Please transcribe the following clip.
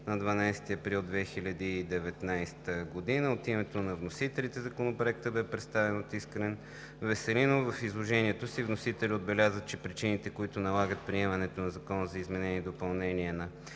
на 12 април 2019 г. От името на вносителите Законопроектът бе представен от Искрен Веселинов. В изложението си вносителят отбеляза, че причините, които налагат приемането на Закона за изменение и допълнение на